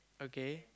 okay